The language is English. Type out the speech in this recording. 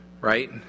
right